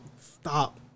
stop